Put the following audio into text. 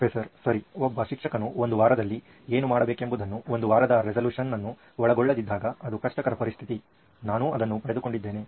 professor ಸರಿ ಒಬ್ಬ ಶಿಕ್ಷಕನು ಒಂದು ವಾರದಲ್ಲಿ ಏನು ಮಾಡಬೇಕೆಂಬುದನ್ನು ಒಂದು ವಾರದ ರೆಸಲ್ಯೂಷನ್ ಅನ್ನು ಒಳಗೊಳ್ಳದಿದ್ದಾಗ ಅದು ಕಷ್ಟಕರ ಪರಿಸ್ಥಿತಿ ಸರಿ ನಾನು ಅದನ್ನು ಪಡೆದುಕೊಂಡಿದ್ದೇನೆ